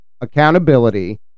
accountability